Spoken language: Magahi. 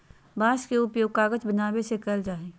बांस के उपयोग कागज बनावे ले कइल जाय हइ